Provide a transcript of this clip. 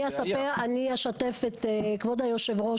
אני אשתף את כבוד היושב-ראש.